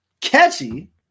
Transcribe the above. catchy